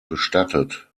bestattet